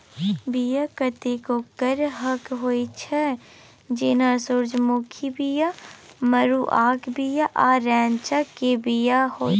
बीया कतेको करहक होइ छै जेना सुरजमुखीक बीया, मरुआक बीया आ रैंचा केर बीया